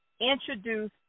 introduce